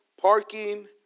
parking